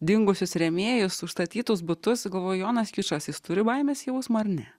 dingusius rėmėjus užstatytus butus ir galvoju jonas kičas jis turi baimės jausmą ar ne